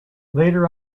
later